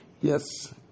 Yes